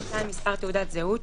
(2)מספר תעודת זהות,